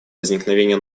возникновения